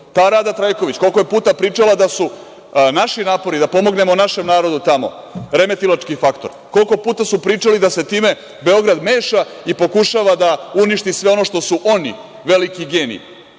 Ta Rada Trajković, koliko je puta pričala da su naši napori da pomognemo našem narodu tamo, remetilački faktor. Koliko puta su pričali da se time Beograd meša i pokušava da uništi sve ono što su oni, veliki geniji,